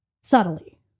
Subtly